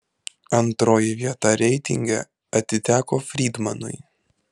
antroji vieta reitinge atiteko frydmanui